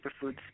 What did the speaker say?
superfoods